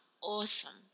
awesome